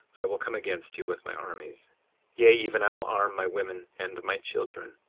i will come against you with my armies yea, even i will arm my women and my children,